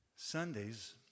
Sundays